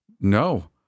No